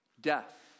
Death